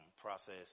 process